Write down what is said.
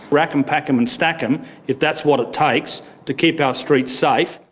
rack em, pack em and stack em if that's what it takes to keep our streets safe.